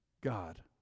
God